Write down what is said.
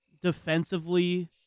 defensively